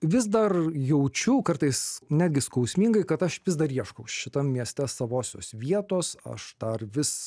vis dar jaučiu kartais netgi skausmingai kad aš vis dar ieškau šitam mieste savosios vietos aš dar vis